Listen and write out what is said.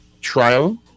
Trial